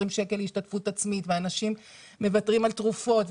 שקלים להשתתפות עצמית ואנשים גם מוותרים על תרופות.